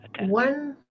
one